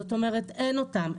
זאת אומרת אין אותם.